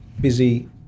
busy